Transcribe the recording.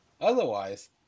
Otherwise